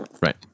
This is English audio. Right